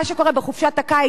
מה שקורה בחופשת הקיץ,